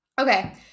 Okay